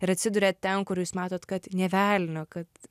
ir atsiduriat ten kur jūs matote kad nė velnio kad